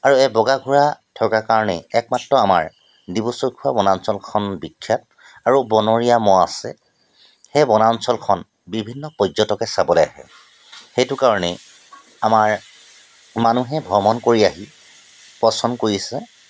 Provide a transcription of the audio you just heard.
আৰু এই বগা ঘোঁৰা থকা কাৰণেই একমাত্ৰ আমাৰ ডিব্ৰু চৈখোৱা বনাঞ্চলখন বিখ্যাত আৰু বনৰীয়া ম'হ আছে সেই বনাঞ্চলখন বিভিন্ন পৰ্যটকে চাবলৈ আহে সেইটো কাৰণে আমাৰ মানুহে ভ্ৰমণ কৰি আহি পচন্দ কৰি আছে